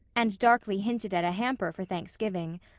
and darkly hinted at a hamper for thanksgiving,